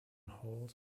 hold